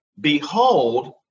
behold